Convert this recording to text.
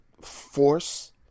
force